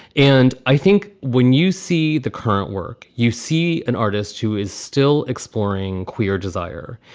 and i think when you see the current work, you see an artist who is still exploring queer desire